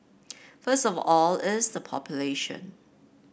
first of all it's the population